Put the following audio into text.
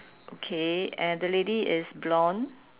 okay and the lady is blonde